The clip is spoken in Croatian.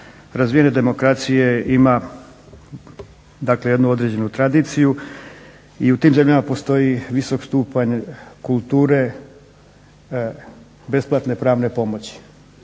razvijene demokracije ima dakle jednu određenu tradiciju i u tim zemljama postoji visok stupanj kulture besplatne pravne pomoći.